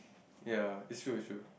ya is true is true